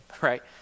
right